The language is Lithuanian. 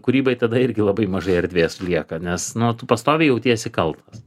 kūrybai tada irgi labai mažai erdvės lieka nes nu tu pastoviai jautiesi kaltas